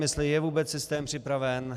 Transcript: Jestli je vůbec systém připraven.